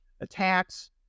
attacks